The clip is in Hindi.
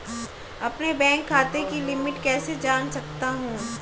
अपने बैंक खाते की लिमिट कैसे जान सकता हूं?